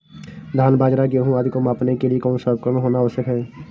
धान बाजरा गेहूँ आदि को मापने के लिए कौन सा उपकरण होना आवश्यक है?